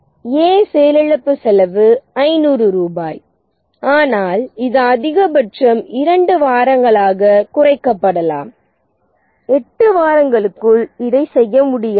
'A' செயலிழப்பு செலவு 500 ரூபாய் ஆனால் இது அதிகபட்சம் 2 வாரங்களாக குறைக்கப்படலாம் 8 வாரங்களுக்குள் இதைச் செய்ய முடியாது